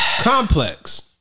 Complex